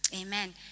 Amen